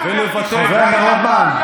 לא ממך,